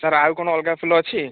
sir ଆଉ କ'ଣ ଅଲଗା ଫୁଲ ଅଛି